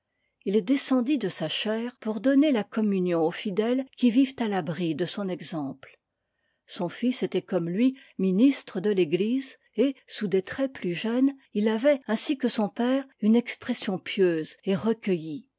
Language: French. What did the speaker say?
il descendit de sa chaire pour donner la communion aux fidèles qui vivent à l'abri de son exemple son fils était comme lui ministre de l'église et sous des traits plus jeunes il avait ainsi que son père une expression pieuse et recueillie